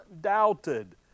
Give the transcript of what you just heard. doubted